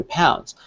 pounds